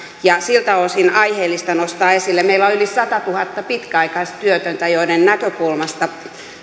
ja siltä osin aiheellista nostaa asia esille meillä on yli satatuhatta pitkäaikaistyötöntä joiden näkökulmasta